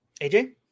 AJ